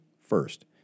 first